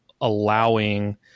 allowing